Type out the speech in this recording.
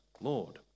Lord